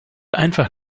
einfach